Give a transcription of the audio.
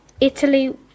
Italy